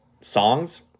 songs